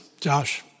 Josh